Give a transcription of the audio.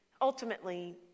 ultimately